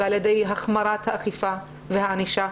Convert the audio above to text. ועל-ידי החמרת האכיפה והענישה,